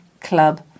club